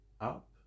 up